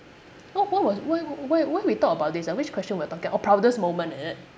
what what was why why why we talk about this ah which question we're talking oh proudest moment is it